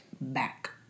back